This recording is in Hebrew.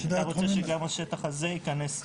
אנחנו נעביר את זה למעלה יוסף.